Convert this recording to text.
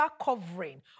covering